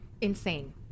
Insane